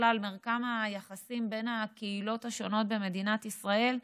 ובכלל מרקם היחסים בין הקהילות השונות במדינת ישראל,